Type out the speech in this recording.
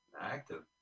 active